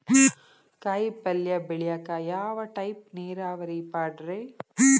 ಕಾಯಿಪಲ್ಯ ಬೆಳಿಯಾಕ ಯಾವ ಟೈಪ್ ನೇರಾವರಿ ಪಾಡ್ರೇ?